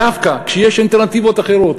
בדווקא, כשיש אלטרנטיבות אחרות.